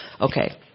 Okay